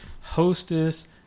Hostess